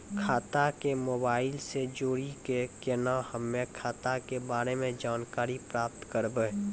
खाता के मोबाइल से जोड़ी के केना हम्मय खाता के बारे मे जानकारी प्राप्त करबे?